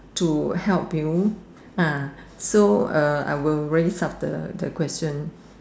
to help you uh so uh I will raise up the question to help you